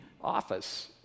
office